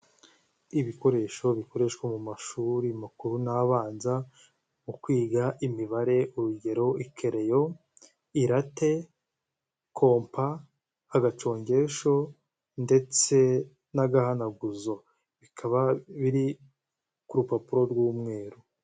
Ibikoresho bikoreshwa mu mashuri makuru n' abanza mu kwiga imibare urugero; ikerereyo, irate, kompa, agacongesho ndetse n'agahanaguzo bikaba biri ku rupapuro rw'umweru.